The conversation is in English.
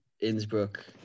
Innsbruck